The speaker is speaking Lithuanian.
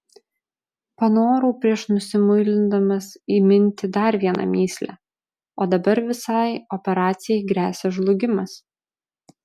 panorau prieš nusimuilindamas įminti dar vieną mįslę o dabar visai operacijai gresia žlugimas